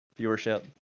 viewership